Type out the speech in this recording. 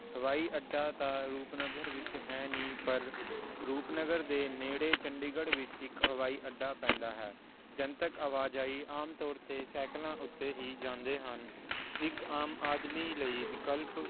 ਹਵਾਈ ਅੱਡਾ ਤਾਂ ਰੂਪਨਗਰ ਵਿੱਚ ਹੈ ਨਹੀਂ ਪਰ ਰੂਪਨਗਰ ਦੇ ਨੇੜੇ ਚੰਡੀਗੜ੍ਹ ਵਿੱਚ ਇੱਕ ਹਵਾਈ ਅੱਡਾ ਪੈਂਦਾ ਹੈ ਜਨਤਕ ਆਵਾਜਾਈ ਆਮ ਤੌਰ 'ਤੇ ਸਾਈਕਲਾਂ ਉੱਤੇ ਹੀ ਜਾਂਦੇ ਹਨ ਇੱਕ ਆਮ ਆਦਮੀ ਲਈ ਵਿਕਲਪ